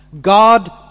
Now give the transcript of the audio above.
God